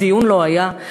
אז דיון לא היה?